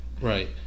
right